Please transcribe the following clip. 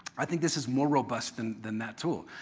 i think this is more robust and than that tool.